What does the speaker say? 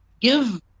give